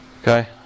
Okay